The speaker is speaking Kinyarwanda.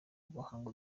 guhanga